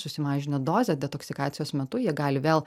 susimažinę dozę detoksikacijos metu jie gali vėl